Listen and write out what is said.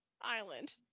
island